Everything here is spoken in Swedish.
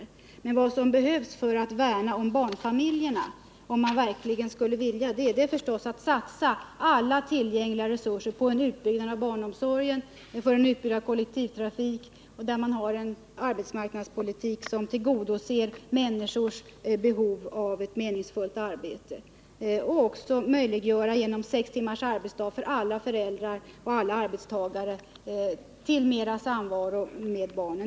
Om man verkligen skulle vilja värna om barnfamiljerna, skulle det behövas att man satsade alla tillgängliga resurser på en utbyggnad av barnomsorgen, en utbyggnad av kollektivtrafiken och att man för en arbetsmarknadspolitik som tillgodoser människornas behov av ett meningsfyllt arbete. Man borde också genom införande av sextimmars arbetsdag för alla arbetstagare möjliggöra ökad samvaro med barnen.